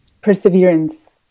Perseverance